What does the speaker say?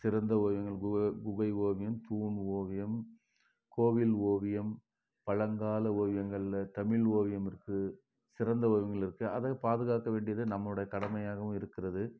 சிறந்த ஓவியங்கள் புவ குகை ஓவியம் தூண் ஓவியம் கோவில் ஓவியம் பழங்கால ஓவியங்களில் தமிழ் ஓவியம் இருக்குது சிறந்த ஓவியங்கள் இருக்குது அதை பாதுகாக்க வேண்டியது நம்மளோட கடமையாகவும் இருக்கிறது